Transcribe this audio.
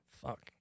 fuck